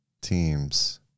teams